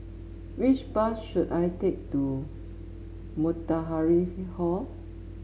which bus should I take to Matahari he Hall